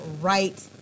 right